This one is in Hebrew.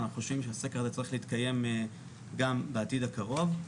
אנחנו חושבים שהסקר הזה צריך להתקיים גם בעתיד הקרוב.